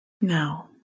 Now